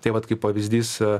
tai vat kaip pavyzdys